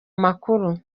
makuru